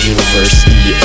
University